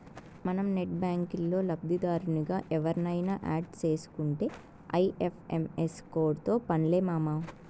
మనం నెట్ బ్యాంకిల్లో లబ్దిదారునిగా ఎవుర్నయిన యాడ్ సేసుకుంటే ఐ.ఎఫ్.ఎం.ఎస్ కోడ్తో పన్లే మామా